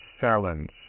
challenge